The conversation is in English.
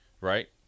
right